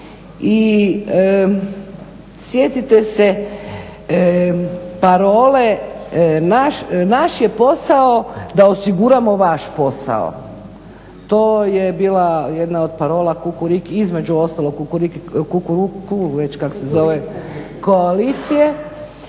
I sjetite se parole naš je posao da osiguramo vaš posao, to je bila jedna od parola između ostalog Kukuriku koalicije